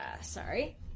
Sorry